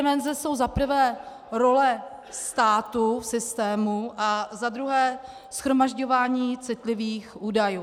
Dimenze jsou za prvé role státu v systému a za druhé shromažďování citlivých údajů.